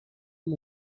amb